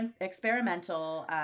experimental